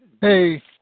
Hey